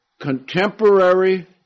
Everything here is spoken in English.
contemporary